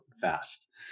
fast